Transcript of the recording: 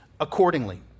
accordingly